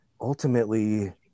ultimately